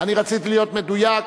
אני רציתי להיות מדויק.